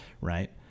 right